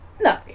no